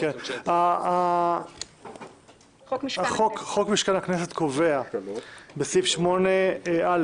חוק משכן הכנסת קובע בסעיף 8א